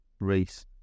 race